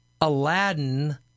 Aladdin